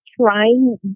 trying